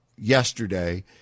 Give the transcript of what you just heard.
yesterday